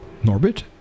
Norbit